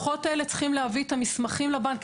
לא כשהלקוחות האלה צריכים להביא את המסמכים לבנק.